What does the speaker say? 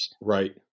Right